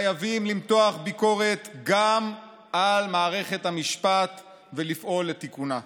חייבים למתוח ביקורת גם על מערכת המשפט ולפעול לתיקונה.